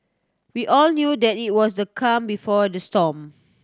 we all knew that it was the calm before the storm